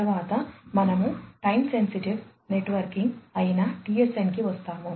తరువాత మనము time sensitive networking అయిన TSN కి వస్తాము